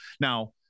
Now